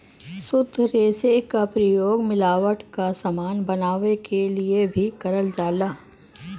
शुद्ध रेसे क प्रयोग मिलावट क समान बनावे क लिए भी करल जाला